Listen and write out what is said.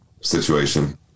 situation